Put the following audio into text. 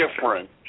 different